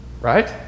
Right